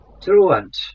Truant